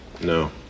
No